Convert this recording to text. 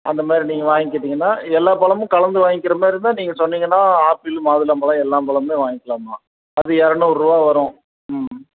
அந்த மாதிரி நீங்கள் வாங்கிக்கிட்டிங்கன்னால் எல்லா பழமும் கலந்து வாங்கிக்கிற மாதிரி இருந்தால் நீங்கள் சொன்னிங்கன்னால் ஆப்பிள் மாதுளம்பழம் எல்லா பழமுமே வாங்கிக்கிலாம்மா அது இரநூறுவா வரும் ம்